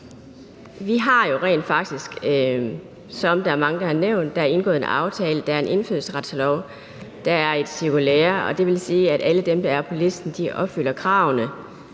at der jo rent faktisk, som der er mange der har nævnt, er indgået en aftale. Der er en indfødsretslov. Der er et cirkulære, og det vil sige, at alle dem, der er på listen, opfylder kravene.